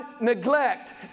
neglect